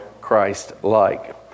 Christ-like